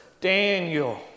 Daniel